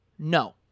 No